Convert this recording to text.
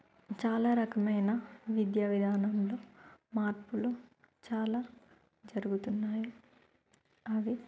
చాలా రకమైన విద్యా విధానంలో మార్పులు చాలా జరుగుతున్నాయి అవి